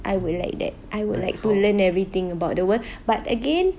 I will like that I would like to learn everything about the world but again